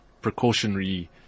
precautionary